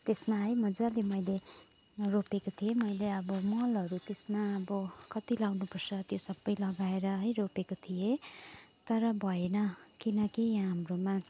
त्यसमा है मजाले मैले रोपेको थिएँ मैले अब मलहरू त्यसमा अब कति लगाउनुपर्छ त्यो सबै लगाएर है रोपेको थिएँ तर भएन किनकि हाम्रोमा